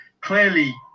clearly